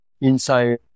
inside